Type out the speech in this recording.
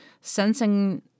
sensing